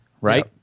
right